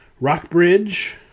Rockbridge